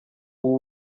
ubu